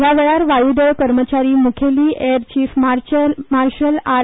ह्या वेळार वायूदळ कर्मचारी मुखेली एर चीफ मार्शल आर